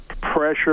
pressure